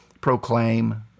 proclaim